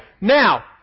now